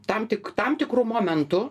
tam tik tam tikru momentu